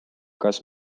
kas